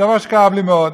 דבר שכאב לי מאוד,